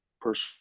person